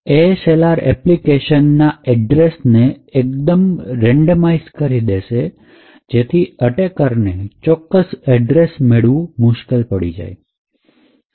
ASLR application ના address ને એકદમ રેન્ડમાઇઝેશન કરી દેશે કે જેથી અટેકરને ચોક્કસ એડ્રેસ મેળવવું મુશ્કેલ બની જાય